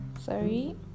sorry